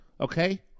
okay